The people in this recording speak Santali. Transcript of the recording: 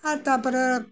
ᱟᱨ ᱛᱟᱯᱚᱨᱮ